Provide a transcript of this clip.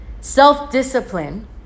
self-discipline